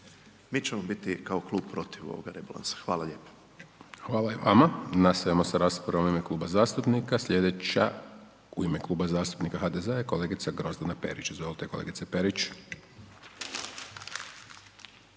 Mi ćemo biti kao klub protiv ovoga rebalansa. Hvala lijepa. **Hajdaš Dončić, Siniša (SDP)** Hvala i vama. Nastavljamo sa raspravom u ime kluba zastupnika, sljedeća u ime Kluba zastupnika HDZ-a je kolegica Grozdana Perić. Izvolite kolegice Perić.